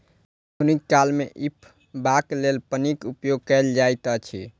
आधुनिक काल मे झपबाक लेल पन्नीक उपयोग कयल जाइत अछि